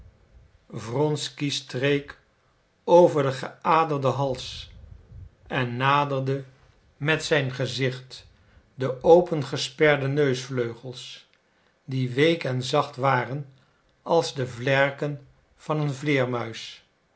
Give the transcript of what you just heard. wronsky streek over den geaderden hals en naderde met zijn gezicht de opgesperde neusvleugels die week en zacht waren als de vlerken van een